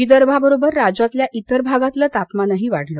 विदर्भाबरोबर राज्यातल्या इतर भागातलं तापमानही वाढलं